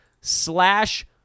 slash